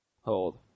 Hold